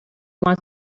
want